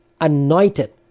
anointed